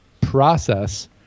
process